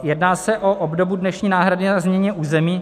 Jedná se o obdobu dnešní náhrady za změny území.